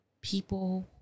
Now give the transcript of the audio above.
people